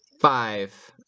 five